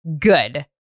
good